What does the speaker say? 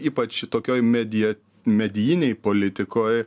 ypač tokioj media medinėj politikoj